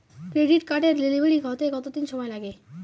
Credit কার্ডের delivery হতে কতদিন সময় লাগে?